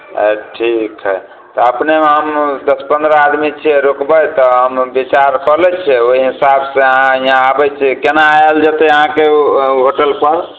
अ ठीक हइ तऽ अपने हम दस पन्द्रह आदमी छियै रोकबै तऽ हम विचार कऽ लै छियै ओहि हिसाबसँ अहाँ यहाँ आबै छियै केना आयल जेतै अहाँके होटलपर